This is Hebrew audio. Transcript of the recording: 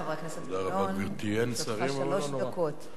חבר הכנסת גילאון, יש לך שלוש דקות.